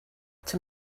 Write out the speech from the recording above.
too